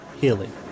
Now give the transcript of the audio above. healing